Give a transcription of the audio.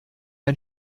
ein